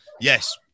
Yes